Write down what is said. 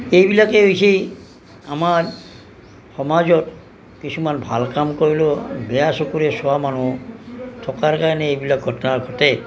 এইবিলাকেই হৈছে আমাৰ সমাজত কিছুমান ভাল কাম কৰিলেও বেয়া চকুৰে চোৱা মানুহ থকাৰ কাৰণে এইবিলাক ঘটনা ঘটে